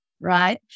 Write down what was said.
right